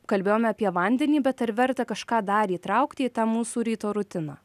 kalbėjome apie vandenį bet ar verta kažką dar įtraukti į tą mūsų ryto rutiną